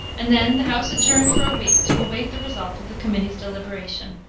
and then the house adjourned for a week to await the result of the committee's deliberation.